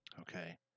okay